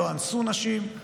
לא אנסו נשים.